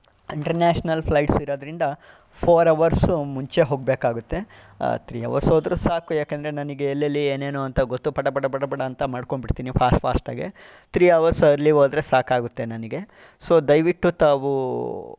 international flights ಇರೋದರಿಂದ four hours ಮುಂಚೆ ಹೋಗಬೇಕಾಗುತ್ತೆ ಥ್ರೀ ಹವರ್ಸ್ ಹೋದರೂ ಸಾಕು ಏಕೆಂದ್ರೆ ನನಗೆ ಎಲ್ಲೆಲ್ಲಿ ಏನೇನು ಅಂತ ಗೊತ್ತು ಪಟ ಬಡ ಬಡ ಬಡ ಬಡ ಅಂತ ಮಾಡ್ಕೋಬಿಡ್ತೀನಿ ಫಾಸ್ಟ್ ಫಾಸ್ಟ್ ಆಗೇ ಥ್ರೀ ಹವರ್ಸ್ ಅಲ್ಲಿ ಹೋದರೆ ಸಾಕಾಗುತ್ತೆ ನನಗೆ ಸೋ ದಯವಿಟ್ಟು ತಾವು